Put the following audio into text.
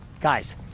guys